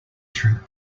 through